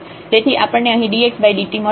તેથી આપણને અહીં dxdt મળશે